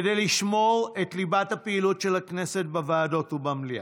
כדי לשמור את ליבת הפעילות של הכנסת בוועדות ובמליאה,